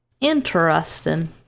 interesting